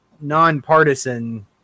nonpartisan